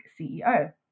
CEO